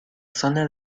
zona